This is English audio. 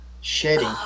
shedding